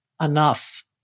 enough